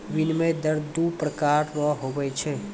विनिमय दर दू प्रकार रो हुवै छै